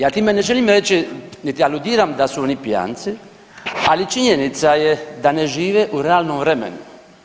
Ja time ne želim reći niti aludiram da su oni pijanci, ali činjenica je da ne žive u realnom vremenu.